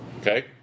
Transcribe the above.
Okay